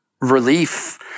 relief